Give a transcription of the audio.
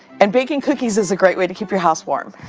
and baking cookies is a great way to keep your house warm.